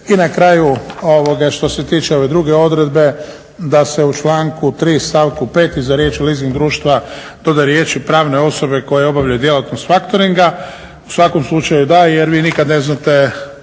i na kraju što se tiče ove druge odredbe da se u članku 3. Stavku5. Iza riječi leasing društva doda riječi pravne osobe koja obavljaju djelatnost faktoringa u svakom slučaju da jer vi nikad ne znate